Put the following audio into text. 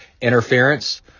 interference